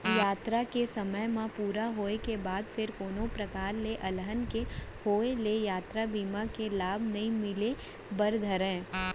यातरा के समे ह पूरा होय के बाद फेर कोनो परकार ले अलहन के होय ले यातरा बीमा के लाभ नइ मिले बर धरय